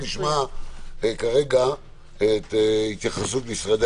נשמע את התייחסות משרדי